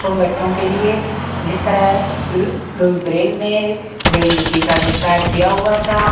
उन बच्चों के लिए जिस तरह लुई ब्रेन ने ब्रेन लिपि का आविष्कार किया हुआ था